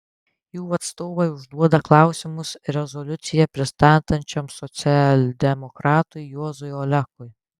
jų atstovai užduoda klausimus rezoliuciją pristatančiam socialdemokratui juozui olekui